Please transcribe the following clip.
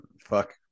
fuck